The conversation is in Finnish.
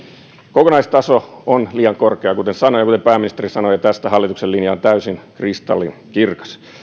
kokonaistaso on liian korkea kuten sanoin ja kuten pääministeri sanoi ja tästä hallituksen linja on täysin kristallinkirkas